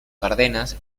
cárdenas